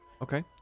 Okay